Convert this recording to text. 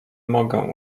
mogę